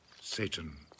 Satan